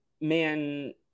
man